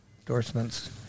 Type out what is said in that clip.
endorsements